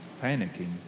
panicking